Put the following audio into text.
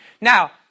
Now